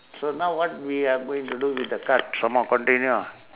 so now what we're going to do with the card some more continue ah